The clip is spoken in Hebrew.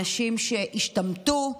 אנשים שהשתמטו.